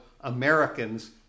Americans